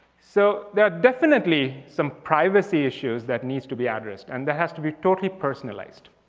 so there are definitely some privacy issues that needs to be addressed. and there has to be totally personalized.